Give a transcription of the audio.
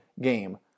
game